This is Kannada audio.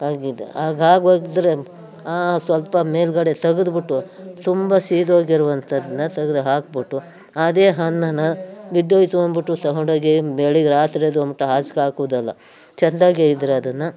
ಆಗಿದೆ ಆಗಾಗೋಗಿದ್ರೆ ಸ್ವಲ್ಪ ಮೇಲುಗಡೆ ತೆಗೆದ್ಬಿಟ್ಟು ತುಂಬ ಸೀದೋಗಿರುವಂಥದ್ದನ್ನ ತೆಗೆದು ಹಾಕಿಬಿಟ್ಟು ಅದೇ ಅನ್ನನ ಬಿದ್ದೋಯಿತು ಅಂದ್ಬಿಟ್ಟು ತಗೊಂಡೋಗಿ ಬೆಳಗ್ಗೆ ರಾತ್ರೆದು ಅಂತ ಆಚೆಗಾಕೋದಲ್ಲ ಚೆಂದಾಗೇ ಇದ್ದರೆ ಅದನ್ನು